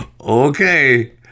Okay